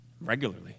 regularly